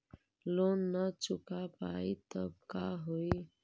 Loan न चुका पाई तब का होई?